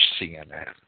CNN